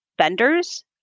vendors